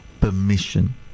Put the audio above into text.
permission